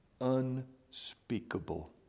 unspeakable